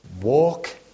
walk